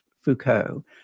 Foucault